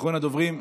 אחרון הדוברים,